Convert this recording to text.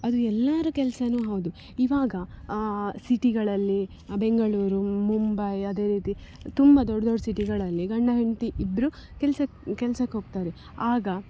ಅದು ಎಲ್ಲರ ಕೆಲ್ಸವೂ ಹೌದು ಇವಾಗ ಸಿಟಿಗಳಲ್ಲಿ ಬೆಂಗಳೂರು ಮುಂಬೈ ಅದೇ ರೀತಿ ತುಂಬ ದೊಡ್ಡ ದೊಡ್ಡ ಸಿಟಿಗಳಲ್ಲಿ ಗಂಡ ಹೆಂಡ್ತಿ ಇಬ್ಬರು ಕೆಲಸ ಕೆಲ್ಸಕ್ಕೆ ಹೋಗ್ತಾರೆ ಆಗ